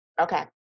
Okay